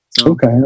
Okay